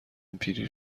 پیری